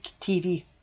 TV